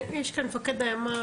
יש כאן את מפקד הימ"ר,